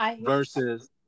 Versus